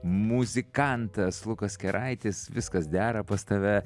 muzikantas lukas keraitis viskas dera pas tave